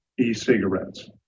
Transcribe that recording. e-cigarettes